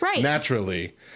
naturally